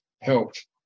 helped